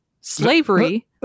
slavery